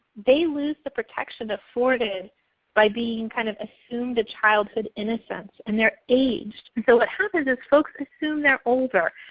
they lose the protection afforded by being kind of assumed a childhood innocence and their aged. so what happens is, folks assume they're older.